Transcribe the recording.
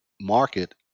market